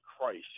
christ